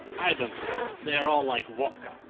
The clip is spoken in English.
i don't know, they are all like vodka.